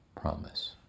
promise